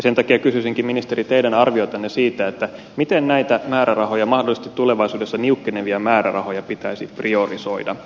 sen takia kysyisinkin ministeri teidän arviotanne siitä miten näitä mahdollisesti tulevaisuudessa niukkenevia määrärahoja pitäisi priorisoida